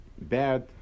bad